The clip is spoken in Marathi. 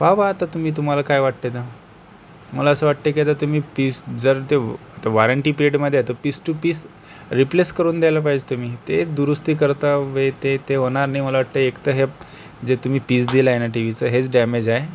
पहा बा आता तुम्ही तुम्हाला काय वाटतं तर मला असं वाटतंय की तुम्ही पीस जर देऊ आता वॉरेंटी ती ल्पेटमध्ये आहे तर पीस टू पीस रिपलेस करुन द्यायला पाहिजे तुम्ही ते दुरुस्ती करता ते ते होणार नाही मला वाटते एक तर हे जे तुम्ही पीस दिलं आहे ना टी व्हीचं हेच डॅमेज आहे